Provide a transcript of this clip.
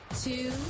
Two